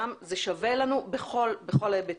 גם זה שווה לנו בכל ההיבטים.